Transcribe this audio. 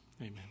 Amen